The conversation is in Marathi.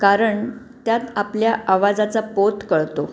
कारण त्यात आपल्या आवाजाचा पोत कळतो